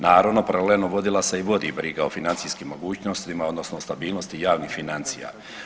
Naravno paralelno vodila se i vodi briga o financijskim mogućnosti odnosno stabilnosti javnih financija.